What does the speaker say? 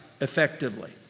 effectively